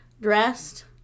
dressed